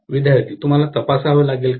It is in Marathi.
विद्यार्थी तुम्हाला तपासावे लागेल का